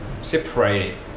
separated